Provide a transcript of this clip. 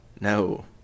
No